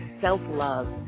self-love